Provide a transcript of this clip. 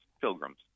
pilgrims